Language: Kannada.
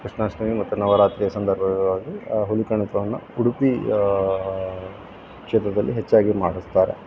ಕೃಷ್ಣಾಷ್ಟಮಿ ಮತ್ತು ನವರಾತ್ರಿಯ ಸಂದರ್ಭಗಳಲ್ಲಿ ಹುಲಿ ಕುಣಿತವನ್ನು ಉಡುಪಿ ಕ್ಷೇತ್ರದಲ್ಲಿ ಹೆಚ್ಚಾಗಿ ಮಾಡಿಸ್ತಾರೆ